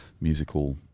musical